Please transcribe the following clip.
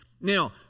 Now